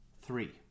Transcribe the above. Three